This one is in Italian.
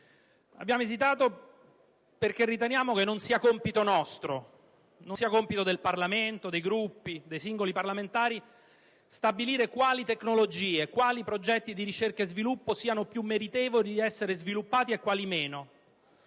Abbiamo esitato perché riteniamo che non sia compito nostro, non sia compito del Parlamento, dei Gruppi, né dei singoli parlamentari stabilire quali tecnologie e quali progetti di ricerca e sviluppo siano più meritevoli di essere sviluppati e quali meno.